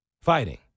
fighting